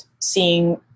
seeing